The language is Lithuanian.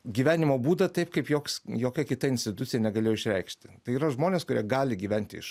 gyvenimo būdą taip kaip joks jokia kita institucija negalėjo išreikšti tai yra žmonės kurie gali gyventi iš